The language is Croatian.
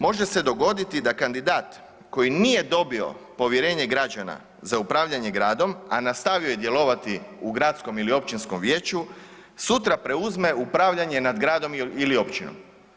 Može se dogoditi da kandidat koji nije dobio povjerenje građana za upravljanje gradom, a nastavio je djelovati u gradskom ili općinskom vijeću, sutra preuzme upravljanje nad gradom ili općinom.